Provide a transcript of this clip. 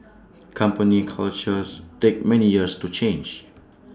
company cultures takes many years to change